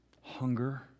hunger